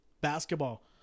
basketball